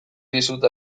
dizut